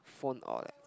phone or like